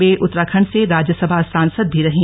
वे उत्तराखण्ड से राज्यसभा सांसद भी रहीं